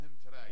today